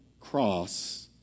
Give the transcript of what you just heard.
cross